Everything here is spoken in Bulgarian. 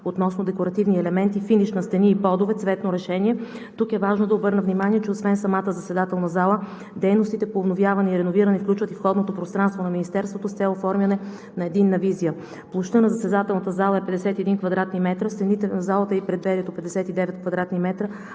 относно декоративни елементи, финиш на стени и подове, цветно решение. Тук е важно да обърна внимание, че освен самата заседателна зала дейностите по обновяване и реновиране включват и входното пространство на Министерството с цел оформяне на единна визия. Площта на заседателната зала е 51 кв. м, стените на залата са 51 кв.м,